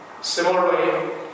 Similarly